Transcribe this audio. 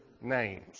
names